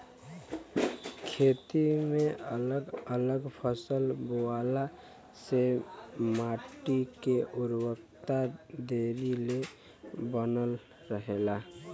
खेती में अगल अलग फसल बोअला से माटी के उर्वरकता देरी ले बनल रहेला